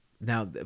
now